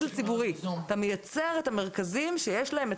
אתה מייצר את המרכזים שיש להם את